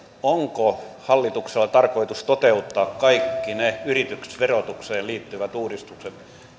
onko hallituksella tarkoitus toteuttaa kaikki ne yritysverotukseen liittyvät uudistukset